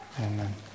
Amen